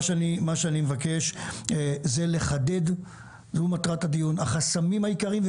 מה שאני מבקש זה לחדד את החסמים העיקריים,